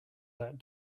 that